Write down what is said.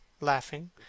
laughing